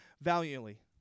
valiantly